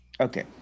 okay